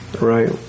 right